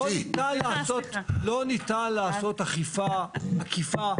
לא ניתן לעשות אכיפה עקיפה,